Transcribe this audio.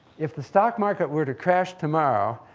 if the stock market were to crash tomorrow,